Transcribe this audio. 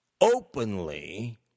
openly